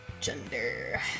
Gender